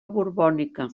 borbònica